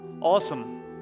Awesome